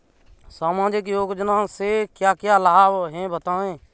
सामाजिक योजना से क्या क्या लाभ हैं बताएँ?